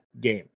game